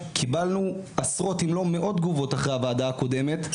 קיבלנו עשרות אם לא מאות תגובות אחרי הוועדה הקודמת,